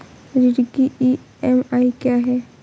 ऋण की ई.एम.आई क्या है?